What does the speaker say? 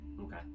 Okay